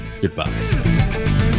goodbye